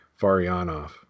Farianov